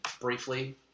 briefly